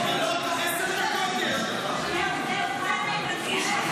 חבר הכנסת לא רוצה לפרט את ההצעה,